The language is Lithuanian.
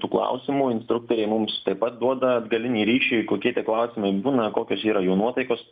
tų klausimų instruktoriai mums taip pat duoda atgalinį ryšį kokie tie klausimai būna kokios yra jų nuotaikos